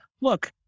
look